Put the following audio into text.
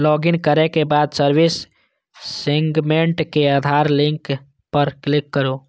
login करै के बाद सर्विस सेगमेंट मे आधार लिंक पर क्लिक करू